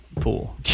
pool